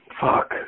Fuck